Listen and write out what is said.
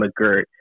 McGirt